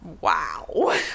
Wow